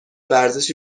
ورزشی